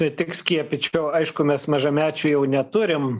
tai tik skiepyčiau aišku mes mažamečių jau neturim